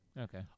Okay